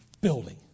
building